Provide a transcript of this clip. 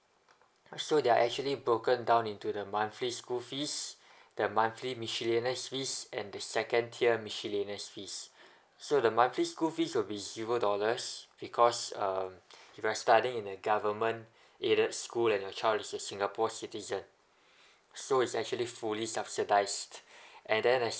so they are actually broken down into the monthly school fees the monthly miscellaneous fees and the second tier miscellaneous fees so the monthly school fees will be zero dollars because um you know studying in the government aided school and your child is a singapore citizen so is actually fully subsidized and then as